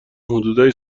حدودا